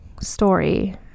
story